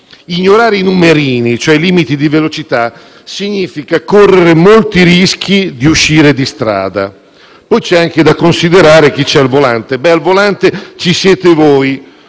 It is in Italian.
Ignorare i numerini, cioè i limiti di velocità, significa correre molti rischi di uscire di strada. Poi c'è anche da considerare chi c'è al volante. Beh, al volante ci siete voi,